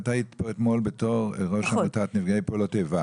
את היית פה אתמול בתור ראש עמותת נפגעי פעולות איבה.